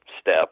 step